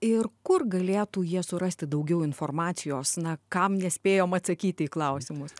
ir kur galėtų jie surasti daugiau informacijos na kam nespėjom atsakyti į klausimus